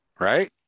Right